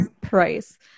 price